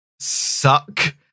suck